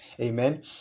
Amen